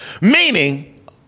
meaning